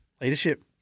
Leadership